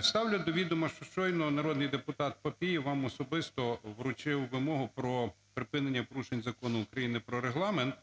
Ставлю до відома, що щойно народний депутат Папієв вам особисто вручив вимогу про припинення порушень Закону України "Про Регламент"